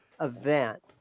event